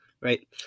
Right